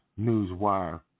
Newswire